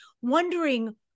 wondering